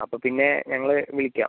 അപ്പോൾ പിന്നെ ഞങ്ങൾ വിളിക്കാം